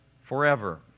forever